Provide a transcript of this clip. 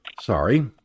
sorry